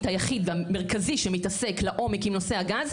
היחיד והמרכזי שמתעסק לעומק עם נושא הגז,